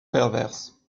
perverse